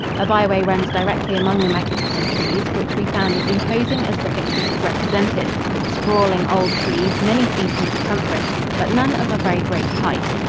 a byway runs directly among the magnificent trees, which we found as imposing as the pictures had represented sprawling old trees, many feet in circumference, but none of very great height.